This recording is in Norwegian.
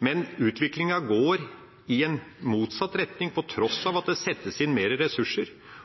men utviklinga går i motsatt retning, til tross for at det settes inn mer ressurser.